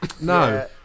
No